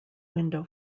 window